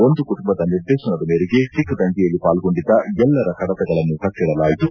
ಒಂದು ಕುಟುಂಬದ ನಿರ್ದೇಶನದ ಮೇರೆಗೆ ಸಿಖ್ ದಂಗೆಯಲ್ಲಿ ಪಾಲ್ಗೊಂಡಿದ್ದ ಎಲ್ಲರ ಕಡತಗಳನ್ನು ಕಟ್ಟಡಲಾಯಿತು